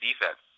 defense